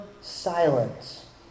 silence